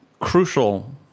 crucial